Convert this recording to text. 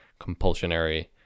compulsionary